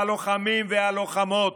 הלוחמים והלוחמות,